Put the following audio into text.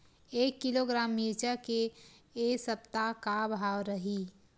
एक किलोग्राम मिरचा के ए सप्ता का भाव रहि?